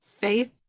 Faith